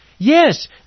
Yes